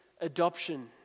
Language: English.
adoption